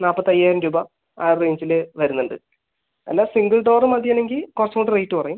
നാൽപ്പത്തയ്യായിരം രൂപ ആ റേഞ്ചില് വരുന്നുണ്ട് അല്ല സിംഗിൾ ഡോർ മതി അല്ലെങ്കിൽ കുറച്ച് കൂടി റേറ്റ് കുറയും